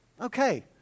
Okay